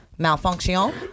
malfunction